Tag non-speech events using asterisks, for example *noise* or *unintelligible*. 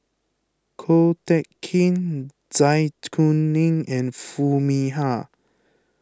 Ko Teck Kin Zai *unintelligible* Kuning and Foo Mee Har